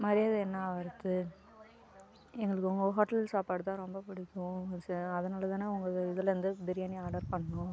மரியாதை என்னாவாகிறது எங்களுக்கு உங்கள் ஹோட்டல் சாப்பாடு தான் ரொம்ப பிடிக்கும் அதனால் தான் உங்கள் இதுலேருந்து பிரியாணி ஆர்டர் பண்ணிணோம்